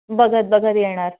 बघत बघत येणार